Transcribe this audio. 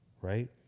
right